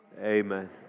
Amen